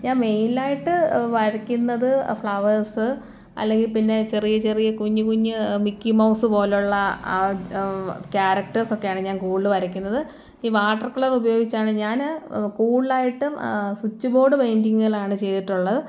ഞാൻ മെയിനായിട്ട് വരയ്ക്കുന്നത് ഫ്ലവേഴ്സ് അല്ലെങ്കിൽ പിന്നെ ചെറിയ ചെറിയ കുഞ്ഞ് കുഞ്ഞ് മിക്കി മൗസ് പോലുള്ള ആ ക്യാരക്ടേഴ്സൊക്കെയാണ് ഞാൻ കൂടുതൽ വരയ്ക്കുന്നത് ഈ വാട്ടർ കളറുപയോഗിച്ചാണ് ഞാൻ കൂടുതലായിട്ടും സ്വിച്ച് ബോർഡ് പെയിൻ്റിങ്ങുകളാണ് ചെയ്തിട്ടുള്ളത്